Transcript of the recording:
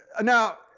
Now